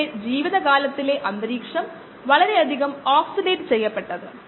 അതിനാൽ തുടക്കത്തിൽ അവിടെയുള്ള എല്ലാ കോശങ്ങളെയും നാം നശിപ്പിക്കേണ്ടത് ഉണ്ട്